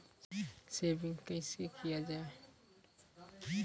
Saving कैसै किया जाय?